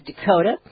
Dakota